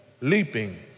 leaping